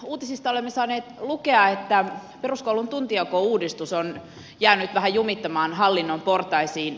uutisista olemme saaneet lukea että peruskoulun tuntijakouudistus on jäänyt vähän jumittamaan hallinnon portaisiin